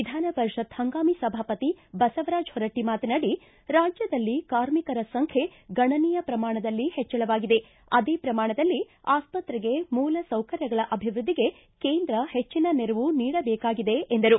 ವಿಧಾನಪರಿಷತ್ ಹಂಗಾಮಿ ಸಭಾಪತಿ ಬಸವರಾಜ ಹೊರಟ್ಟ ಮಾತನಾಡಿ ರಾಜ್ಯದಲ್ಲಿ ಕಾರ್ಮಿಕರ ಸಂಖ್ಯೆ ಗಣನೀಯ ಪ್ರಮಾಣದಲ್ಲಿ ಹೆಚ್ಚಳವಾಗಿದೆ ಅದೇ ಪ್ರಮಾಣದಲ್ಲಿ ಆಸ್ಪತ್ರೆಗೆ ಮೂಲ ಸೌಕರ್ಯಗಳ ಅಭಿವೃದ್ಧಿಗೆ ಕೇಂದ್ರ ಹೆಚ್ಚಿನ ನೆರವು ನೀಡಬೇಕಾಗಿದೆ ಎಂದರು